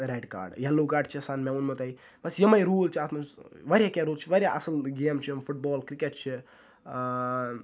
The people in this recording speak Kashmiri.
ریٚڈ کارڑ ییٚلو کارڑ چھُ آسان مےٚ ونمو تۄہہِ بَس یِمے روٗل چھِ اَتھ مَنٛز واریاہ کینٛہہ روٗل چھِ واریاہ اَصٕل گیم چھِ فُٹ بال کرِکَٹ چھِ